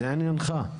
זה עניינך,